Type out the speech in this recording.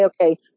okay